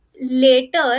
later